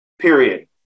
Period